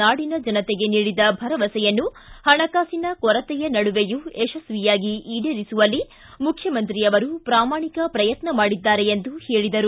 ನಾಡಿನ ಜನತೆಗೆ ನೀಡಿದ ಭರವಸೆಯನ್ನು ಹಣಕಾಸಿನ ಕೊರತೆಯ ನಡುವೆಯು ಯಶಸ್ವಿಯಾಗಿ ಈಡೇರಿಸುವಲ್ಲಿ ಮುಖ್ಯಮಂತ್ರಿ ಅವರು ಪ್ರಾಮಾಣಿಕ ಪ್ರಯತ್ನ ಮಾಡಿದ್ದಾರೆ ಎಂದು ಹೇಳಿದರು